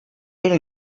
era